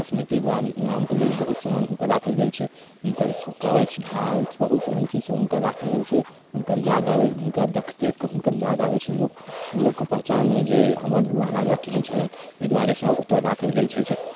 स्मृति नामके लेल बहुत समान हुनकर राखल गेल छै हुनकर कवच ढाल बहुत एहन चीजसब हुनकर राखल गेल छै हुनकर याद आबै हुनका देखि देखिकऽ हुनकर याद आबै छै लोकके पहचान नहि जे हमर राजा केहन छलथि ओहि दुआरे ओतऽसब राखल गेल छै से